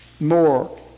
More